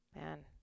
man